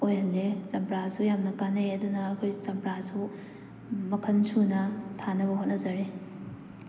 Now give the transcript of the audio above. ꯑꯣꯏꯍꯜꯂꯦ ꯆꯝꯄ꯭ꯔꯥꯁꯨ ꯌꯥꯝꯅ ꯀꯥꯅꯩ ꯑꯗꯨꯅ ꯑꯩꯈꯣꯏ ꯆꯝꯄ꯭ꯔꯥꯁꯨ ꯃꯈꯜ ꯁꯨꯅ ꯊꯥꯅꯕ ꯍꯣꯠꯅꯖꯔꯤ